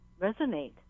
resonate